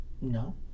no